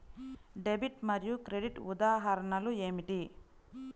Debit మరియు credit ఉదాహరణలు ఏమిటీ?